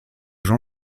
jean